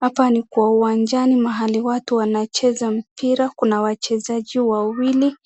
Hapa ni kwa uwanjani mahali ambapo watu wanacheza mpira. Kuna wachezaji wawili